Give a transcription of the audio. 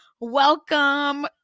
Welcome